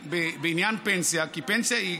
בעניין הפנסיה כי פנסיה היא,